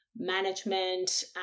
Management